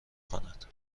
کنند